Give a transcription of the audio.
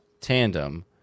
tandem